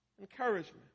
Encouragement